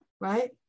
right